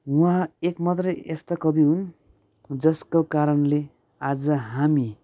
उहाँ एकमात्र यस्ता कवि हुन् जसको कारणले आज हामी